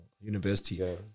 university